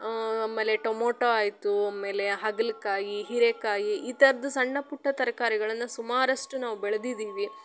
ಆಮೇಲೆ ಟೊಮೋಟೋ ಆಯಿತು ಆಮೇಲೆ ಹಾಗಲಕಾಯಿ ಹಿರೇಕಾಯಿ ಈ ಥರದ್ದು ಸಣ್ಣಪುಟ್ಟ ತರಕಾರಿಗಳನ್ನ ಸುಮಾರಷ್ಟು ನಾವು ಬೆಳ್ದೀದ್ದೀವಿ